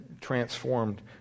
transformed